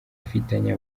afitanye